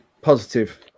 Positive